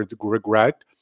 regret